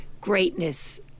greatness